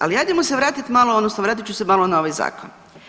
Ali ajdemo se vratiti malo odnosno vratit ću se malo na ovaj zakon.